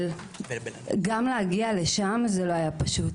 אבל גם להגיע לשם זה לא היה פשוט,